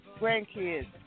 grandkids